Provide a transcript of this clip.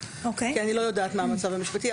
כי אני לא יודעת מה המצב המשפטי.